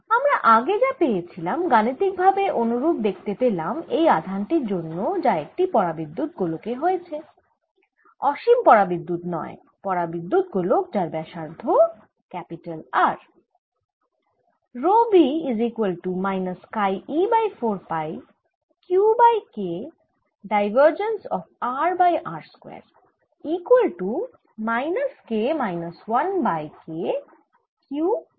আমরা আগে যা পেয়েছিলাম গাণিতিক ভাবে অনুরূপ দেখতে পেলাম এই আধান টির জন্য যা একটি পরাবিদ্যুত গোলকে রয়েছে অশীম পরাবিদ্যুত নয় পরাবিদ্যুত গোলক যার ব্যসার্ধ R